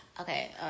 Okay